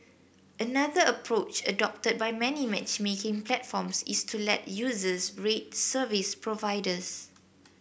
another approach adopted by many matchmaking platforms is to let users rate service providers